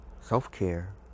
self-care